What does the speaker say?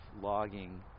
logging